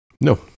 No